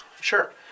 Sure